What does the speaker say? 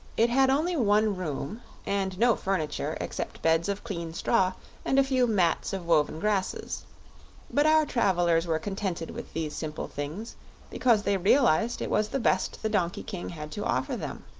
it had only one room and no furniture except beds of clean straw and a few mats of woven grasses but our travelers were contented with these simple things because they realized it was the best the donkey-king had to offer them.